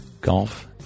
golf